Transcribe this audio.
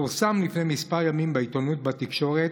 פורסם לפני כמה ימים בעיתונות ובתקשורת